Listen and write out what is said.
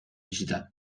itxita